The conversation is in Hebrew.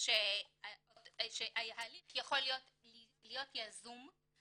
שהליך יכול להיות יזום,